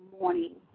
morning